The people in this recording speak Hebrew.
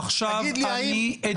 עכשיו אני מדבר.